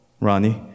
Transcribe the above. Ronnie